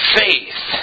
faith